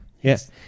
Yes